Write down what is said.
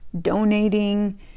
donating